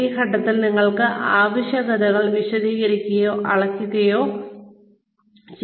ഈ ഘട്ടത്തിൽ നിങ്ങൾ ആവശ്യകതകൾ വിശദീകരിക്കുകയോ അളക്കുകയോ ചെയ്യുന്നു